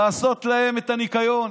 לעשות להם את הניקיון.